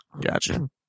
Gotcha